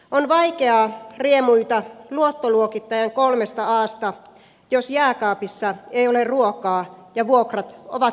on vaikeaa riemuita luottoluokittajan kolmesta asta jos jääkaapissa ei ole ruokaa ja vuokrat ovat maksamatta